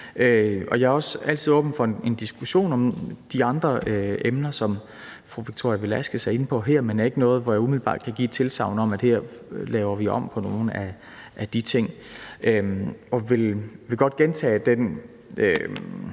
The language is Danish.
Jeg er også altid åben for en diskussion om de andre emner, som fru Victoria Velasquez er inde på her, men det er ikke noget, som jeg umiddelbart kan give et tilsagn om, at her laver vi om på nogle af de ting. Jeg vil godt gentage den